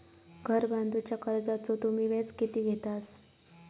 घर बांधूच्या कर्जाचो तुम्ही व्याज किती घेतास?